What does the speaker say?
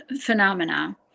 phenomena